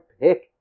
pick